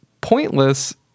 pointless